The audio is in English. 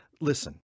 Listen